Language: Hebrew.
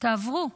תעברו